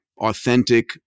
Authentic